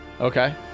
Okay